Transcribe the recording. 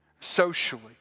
socially